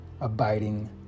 abiding